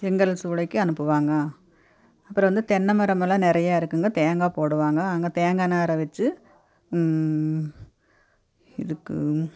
செங்கல் சூளைக்கு அனுப்புவாங்க அப்புறம் வந்து தென்னை மரமெல்லாம் நிறைய இருக்குதுங்க தேங்காய் போடுவாங்கள் அங்கே தேங்காய் நாரை வச்சு இதுக்கு